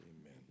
Amen